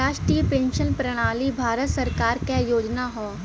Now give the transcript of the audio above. राष्ट्रीय पेंशन प्रणाली भारत सरकार क योजना हौ